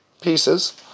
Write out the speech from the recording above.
pieces